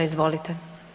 Izvolite.